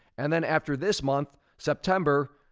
and then after this month, september,